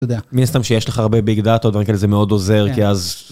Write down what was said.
תודה. מי הסתם שיש לך הרבה ביג דאטות, ואם כן אז זה מאוד עוזר, כי אז...